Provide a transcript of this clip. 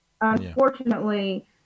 unfortunately